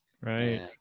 right